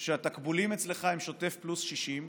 שהתקבולים אצלך הם שוטף פלוס 60,